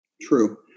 true